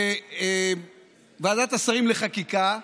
בישיבת ועדת השרים לחקיקה,